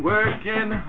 Working